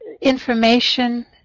information